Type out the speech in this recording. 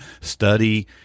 study